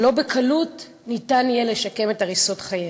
שלא בקלות יהיה אפשר לשקם את הריסות חייהם.